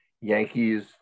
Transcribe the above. Yankees